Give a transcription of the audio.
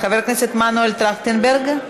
חבר הכנסת מנואל טרכטנברג?